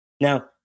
Now